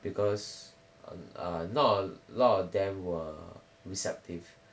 because err not a lot of them were receptive